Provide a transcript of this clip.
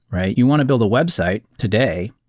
right? you want to build a website today,